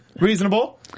Reasonable